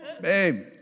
Babe